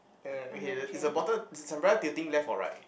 er okay the is the bottle is the umbrella tilting left or right